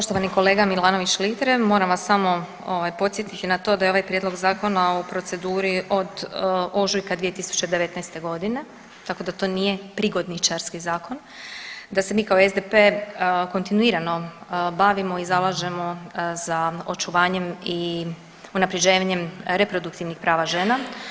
Poštovani kolega Milanović Litre, moram vas samo ovaj podsjetiti i na to da je ovaj prijedlog zakona u proceduri od ožujka 2019.g., tako da to nije prigodničarski zakon, da se mi kao SDP kontinuirano bavimo i zalažemo za očuvanjem i unaprjeđenjem reproduktivnih prava žena.